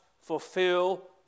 fulfill